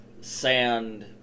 sand